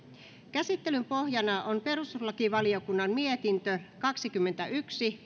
käsittelyn pohjana on perustuslakivaliokunnan mietintö kaksikymmentäyksi